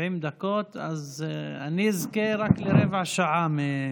אז אני אזכה רק לרבע שעה.